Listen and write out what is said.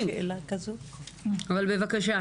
אבל בבקשה,